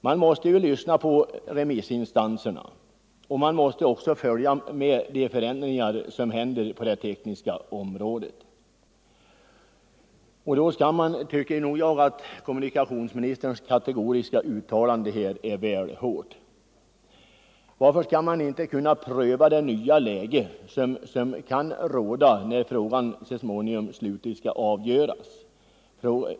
Man måste ju lyssna på remissinstanserna! Man måste också följa med i de förändringar som sker på det tekniska området. Och man måste väl ta hänsyn till vad riksdagen sagt. Därför tycker jag kommunikationsministerns kategoriska uttalande här är väl hårt. Varför skall man inte kunna undersöka det nya läge som kan råda när frågan slutgiltigt skall avgöras?